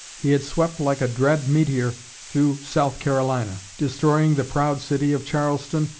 he had swept like a dread meteor through south carolina, destroying the proud city of charleston,